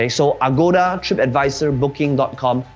ah so agoda, tripadvisor, boooking but com,